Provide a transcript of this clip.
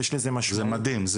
זה מדהים.